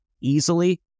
easily